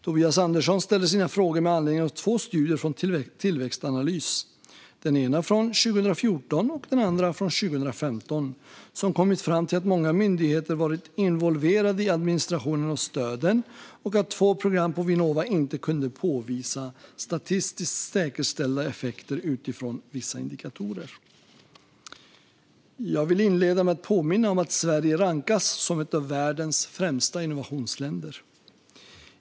Tobias Andersson ställer sina frågor med anledning av två studier från Tillväxtanalys, den ena från 2014 och den andra från 2015, som kommit fram till att många myndigheter varit involverade i administrationen av stöden och att två program på Vinnova inte kunnat påvisa statistiskt säkerställda effekter utifrån vissa indikatorer. Jag vill inleda med att påminna om att Sverige rankas som ett av världens främsta innovationsländer.